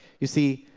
you see,